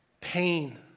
Pain